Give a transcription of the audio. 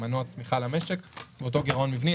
הן מנוע צמיחה למשק ואותו גירעון מבני.